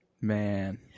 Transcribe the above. Man